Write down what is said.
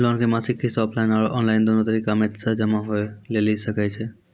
Loan के मासिक किस्त ऑफलाइन और ऑनलाइन दोनो तरीका से जमा होय लेली सकै छै?